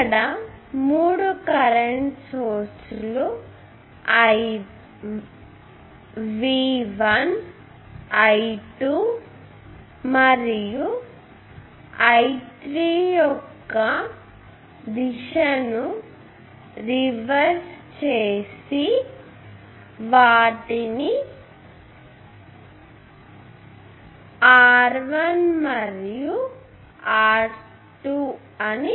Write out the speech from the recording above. కాబట్టి మూడు current source లు V1 I2 ఉన్నాయి మరియు I3 యొక్క దిశను రివర్స్ చేద్దాం మరియు R1 మరియు R2 అని